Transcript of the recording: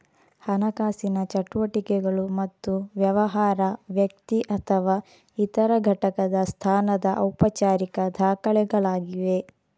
ಹಣಕಾಸಿನ ಚಟುವಟಿಕೆಗಳು ಮತ್ತು ವ್ಯವಹಾರ, ವ್ಯಕ್ತಿ ಅಥವಾ ಇತರ ಘಟಕದ ಸ್ಥಾನದ ಔಪಚಾರಿಕ ದಾಖಲೆಗಳಾಗಿವೆ